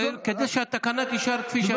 כדי שהתקנה תישאר כפי שהייתה ב-2021.